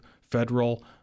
federal